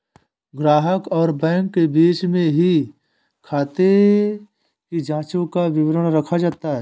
ग्राहक और बैंक के बीच में ही खाते की जांचों का विवरण रखा जाता है